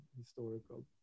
historical